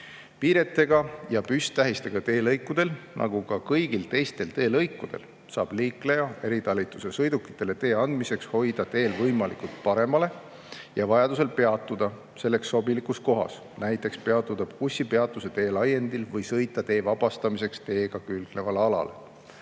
Piiretega ja püsttähistega teelõikudel nagu ka kõigil teistel teelõikudel saab liikleja eritalituse sõidukitele tee andmiseks hoida teel võimalikult paremale ja vajadusel peatuda selleks sobilikus kohas, näiteks peatuda bussipeatuse teelaiendil või sõita tee vabastamiseks teega külgneval alal.